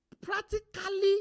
practically